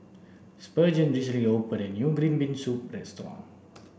spurgeon recently opened a new green bean soup restaurant